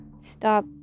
stop